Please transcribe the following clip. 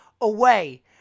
away